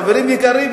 חברים יקרים,